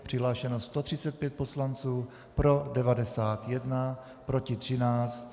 Přihlášeno 135 poslanců, pro 91, proti 13.